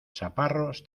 chaparros